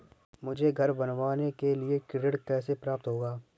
मुझे घर बनवाने के लिए ऋण कैसे प्राप्त होगा?